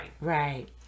Right